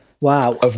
Wow